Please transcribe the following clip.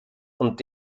und